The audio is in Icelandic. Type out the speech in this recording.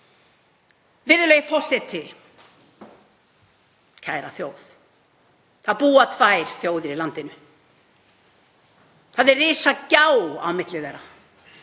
Virðulegi forseti. Kæra þjóð. Það búa tvær þjóðir í landinu. Það er risagjá á milli þeirra.